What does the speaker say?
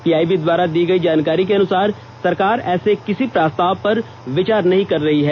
PIB द्वारा दी गयी जानकारी के अनुसार सरकार ऐसे किसी प्रस्ताव पर विचार नहीं कर रही है